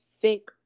thick